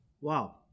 Wow